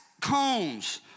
cones